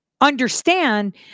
understand